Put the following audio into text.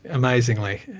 amazingly.